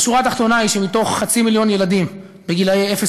השורה התחתונה היא שמתוך חצי מיליון ילדים גילאי אפס